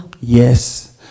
Yes